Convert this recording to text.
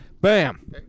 bam